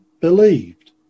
believed